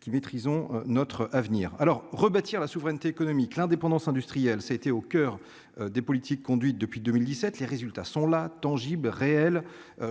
qui maîtrisons notre avenir alors rebâtir la souveraineté économique, l'indépendance industrielle, ça a été au coeur des politiques conduites depuis 2017, les résultats sont là, tangibles, réelles,